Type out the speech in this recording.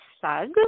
Sag